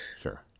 sure